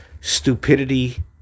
stupidity